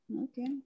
Okay